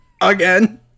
Again